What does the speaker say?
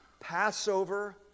Passover